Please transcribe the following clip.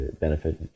benefit